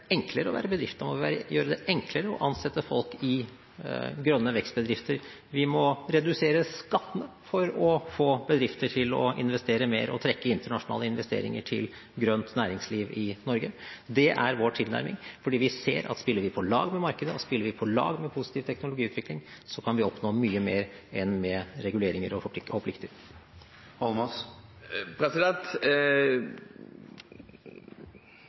enklere å være bedrift. Da må vi gjøre det enklere å ansette folk i grønne vekstbedrifter. Vi må redusere skattene for å få bedrifter til å investere mer og trekke internasjonale investeringer til grønt næringsliv i Norge. Det er vår tilnærming, for vi ser at om vi spiller på lag med markedet, om vi spiller på lag med positiv teknologiutvikling, kan vi oppnå mye mer enn med reguleringer og